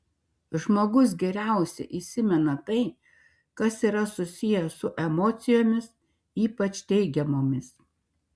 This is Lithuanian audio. žmogus geriausiai įsimena tai kas yra susiję su emocijomis ypač teigiamomis